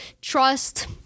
Trust